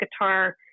guitar